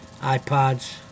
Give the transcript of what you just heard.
iPods